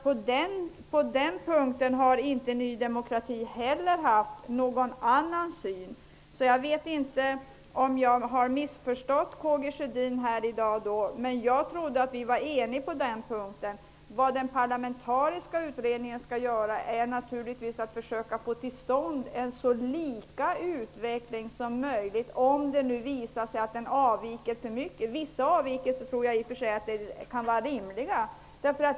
På den punkten har inte Ny demokrati heller haft någon annan syn. Jag vet inte om jag har missförstått K G Sjödin här i dag. Jag trodde att vi var eniga på den punkten. Vad den parlamentariska utredningen skall göra är naturligtvis att försöka få till stånd en utveckling som är så likformig som möjligt, om det nu visar sig att utvecklingen på vissa håll avviker alltför mycket. Vissa avvikelser tror jag i och för sig kan vara rimliga.